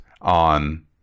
on